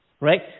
right